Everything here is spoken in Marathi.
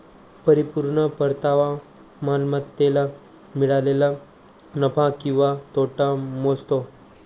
परिपूर्ण परतावा मालमत्तेला मिळालेला नफा किंवा तोटा मोजतो